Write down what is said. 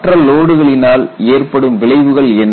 மற்ற லோடுகளினால் ஏற்படும் விளைவுகள் என்ன